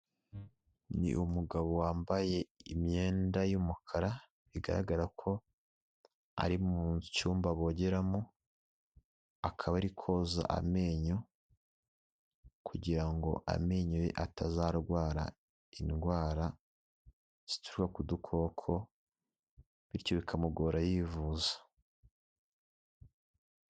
Ni umugabo wambaye imyenda y'umukara bigaragara ko ari mu cyumba bogeramo, akaba ari koza amenyo, kugira ngo amenyo ye atazarwara indwara zituruka ku dukoko, bityo bikamugora yivuza.